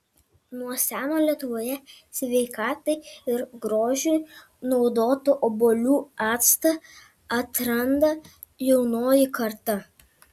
nuo seno lietuvoje sveikatai ir grožiui naudotą obuolių actą atranda jaunoji karta